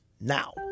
now